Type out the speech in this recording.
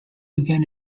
again